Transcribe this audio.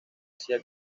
hacía